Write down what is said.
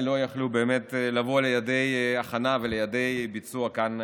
לא יכלו לבוא לידי הכנה ולידי ביצוע כאן,